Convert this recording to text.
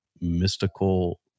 mystical